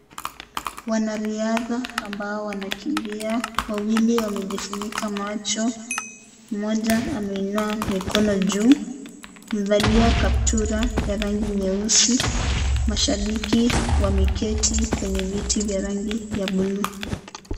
Wanariadha ambao wanakimbia wawili wamejifunika macho, moja ameinua mikono juu amevalia kaptula ya rangi nyeusi, mashabiki wameketi kwenye viti vya rangi ya blue .